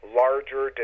larger